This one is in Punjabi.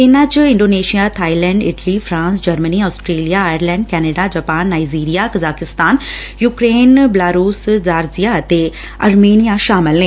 ਇਨੁਾ 'ਚ Indonesia Thailand Italy France Germany Australia Ireland Canada Japan Nigeria Kazakhstan Ukraine Belarus Georgia ਅਤੇ ਅਰਮੇਨੀਆ ਸ਼ਾਮਲ ਨੇ